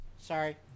Sorry